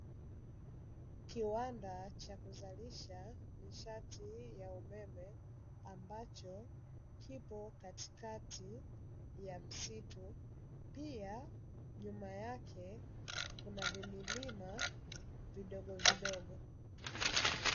Kiwanda cha kuzalisha nishati ya umeme ambacho kipo katikati ya msitu pia nyuma yake kuna vimilima vidogovidogo.